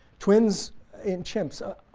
twins in chimps?